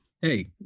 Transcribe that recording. hey